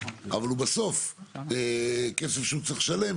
אבל הוא בסוף כסף שהוא צריך לשלם,